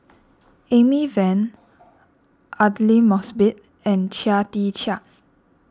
Amy Van Aidli Mosbit and Chia Tee Chiak